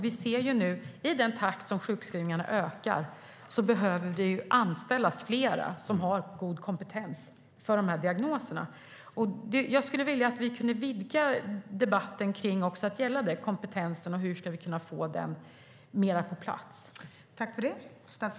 Vi ser ju nu att i den takt som sjukskrivningarna ökar behöver det anställas fler som har god kompetens för de här diagnoserna. Jag skulle vilja att vi vidgade debatten till att gälla även kompetensen och hur vi ska kunna få den på plats.